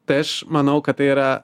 tai aš manau kad tai yra